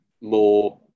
more